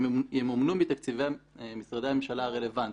הם ימומנו מתקציבי משרדי הממשלה הרלוונטיים.